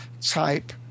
type